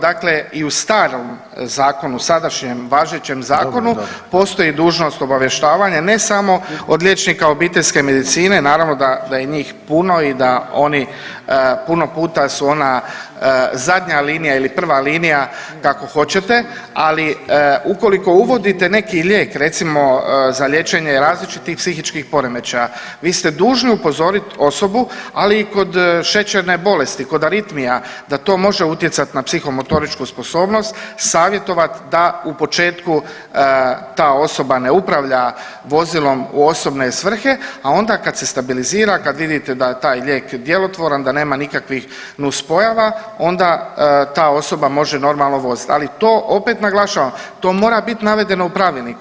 Dakle i u starom zakonu, sadašnjem važećem zakonu postoji dužnost obavještavanja, ne samo od liječnika obiteljske medicine, naravno da je njih puno i da oni puno puta su ona zadnja linija ili prva linija, kako hoćete, ali ukoliko uvodite neki lijek, recimo za liječenje različitih psihičkih poremećaja, vi ste dužni upozoriti osobu, ali i kod šećerne bolesti, kod aritmija, da to može utjecati na psihomotoričku sposobnost, savjetovati da u početku ta osoba ne upravlja vozilom u osobne svrhe, a onda kad se stabilizira, kad vidite da je taj lijek djelotvoran, da nema nikakvih nuspojava, onda ta osoba može normalno voziti, ali to opet naglašavam, to mora biti navedeno u pravilniku.